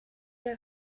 are